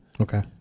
Okay